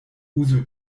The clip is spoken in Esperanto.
uzu